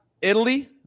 Italy